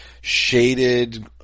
shaded